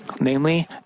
Namely